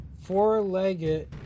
four-legged